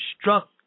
struck